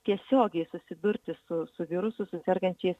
tiesiogiai susidurti su su virusu su sergančiais